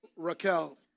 Raquel